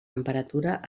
temperatura